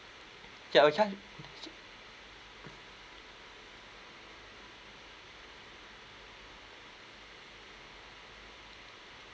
ya uh can